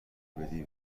بدی